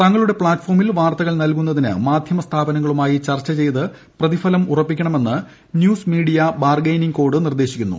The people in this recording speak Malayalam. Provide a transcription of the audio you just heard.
തങ്ങളുടെ പ്ലാറ്റ്ഫോമിൽ വാർത്തകൾ നൽകുന്നതിന് മാധ്യമസ്ഥാപനങ്ങളുമായി ചർച്ച ചെയ്ത് പ്രതിഫലം ഉറപ്പിക്കണമെന്നാണ് ന്യൂസ് മീഡിയ ബാർഗയിനിങ് കോഡ് നിർദ്ദേശിക്കുന്നത്